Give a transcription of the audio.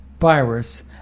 virus